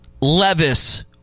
Levis